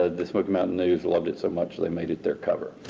ah the smoky mountain news loved it so much they made it their cover.